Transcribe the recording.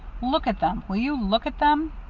look at them will you look at them?